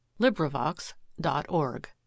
LibriVox.org